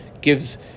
gives